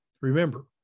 Remember